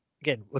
again